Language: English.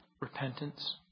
Repentance